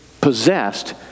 possessed